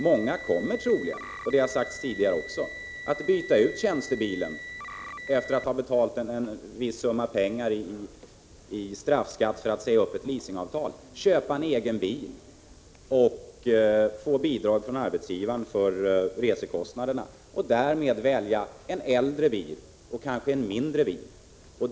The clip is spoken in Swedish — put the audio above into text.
Många kommer troligen — det har sagts tidigare också — att byta ut tjänstebilen, efter att ha betalt en viss summa som straff för att de säger upp ett leasingavtal, och köpa en egen bil och få bidrag från arbetsgivaren för resekostnaderna. Därvid kommer de att välja en äldre bil och kanske också en mindre bil.